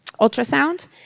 Ultrasound